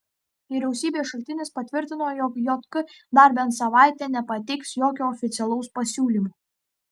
vyriausybės šaltinis patvirtino jog jk dar bent savaitę nepateiks jokio oficialaus pasiūlymo